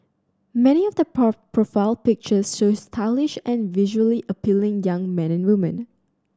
many of the profile pictures show stylish and visually appealing young man and woman